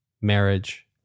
marriage